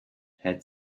had